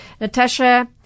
Natasha